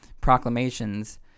proclamations